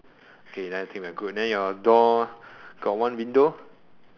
okay then I think we're good then your door got one window